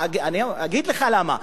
אני אגיד לך למה,